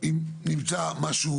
אם נמצא משהו